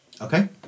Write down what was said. Okay